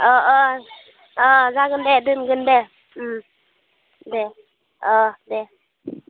अ अ जागोन दे दोनगोन दे दे औ दे